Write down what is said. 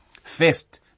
First